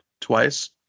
twice